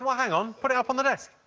ah hang on. put it up on the desk.